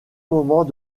moment